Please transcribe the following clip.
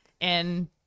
and-